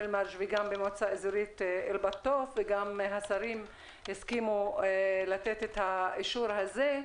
אל-מרג' וגם במועצה האזורית אל-בטוף וגם השרים הסכימו לתת את האישור הזה,